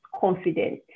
confident